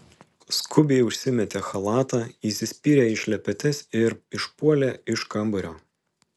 skubiai užsimetė chalatą įsispyrė į šlepetes ir išpuolė iš kambario